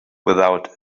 without